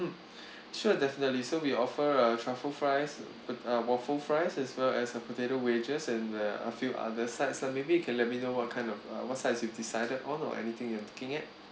sure definitely so we offer uh truffle fries uh waffle fries as well as uh potato wedges and a few other sides so maybe you can let me know what kind of what sides you've decided on or anything you are looking at